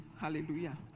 Hallelujah